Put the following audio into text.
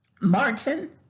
Martin